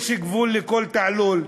יש גבול לכל תעלול.